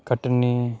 Katni